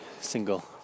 single